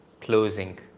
closing